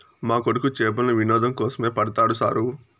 మా కొడుకు చేపలను వినోదం కోసమే పడతాడు సారూ